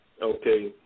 Okay